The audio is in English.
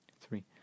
three